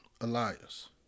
Elias